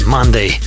Monday